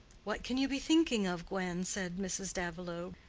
what can you be thinking of, gwen? said mrs. davilow,